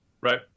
Right